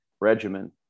regimen